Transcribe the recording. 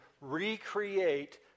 recreate